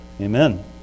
Amen